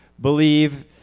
believe